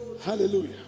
Hallelujah